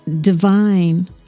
divine